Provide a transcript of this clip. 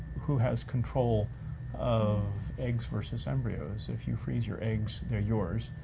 who has control of eggs versus embryos? if you freeze your eggs, they're yours,